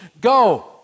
Go